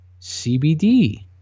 CBD